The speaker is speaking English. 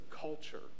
culture